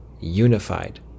unified